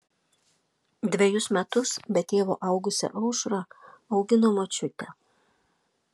dvejus metus be tėvo augusią aušrą augino močiutė